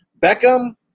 Beckham